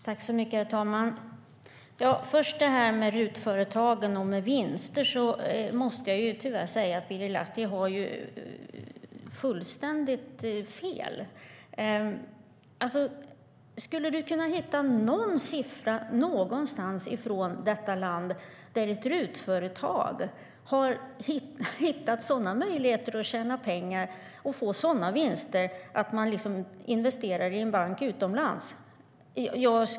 Herr ålderspresident! När det gäller RUT-företag och vinster måste jag tyvärr säga att Birger Lahti har fullständigt fel. Kan du hitta någon siffra någonstans i detta land, Birger Lahti, där ett RUT-företag har hittat sådana möjligheter att tjäna pengar och få sådana vinster att man investerar i en bank utomlands?